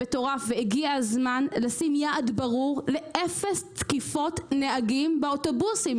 הגיע הזמן לקבוע יעד ברור לאפס תקיפות של נהגים באוטובוסים,